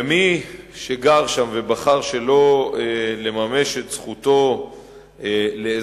ומי שגר שם ובחר שלא לממש את זכותו לאזרחות,